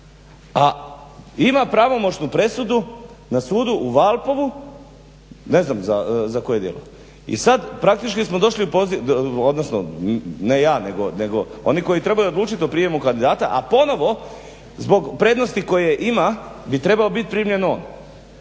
A ima pravomoćnu presudu na sudu u Valpovu ne znam za koje dijelove. I sad praktički smo došli, odnosno ne ja nego oni koji trebaju odlučit o prijemu kandidata, a ponovo zbog prednosti koje ima bi trebao bit primljen on.